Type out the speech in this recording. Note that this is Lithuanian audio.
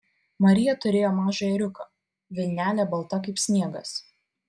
marija turėjo mažą ėriuką vilnelė balta kaip sniegas